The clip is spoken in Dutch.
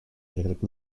eigenlijk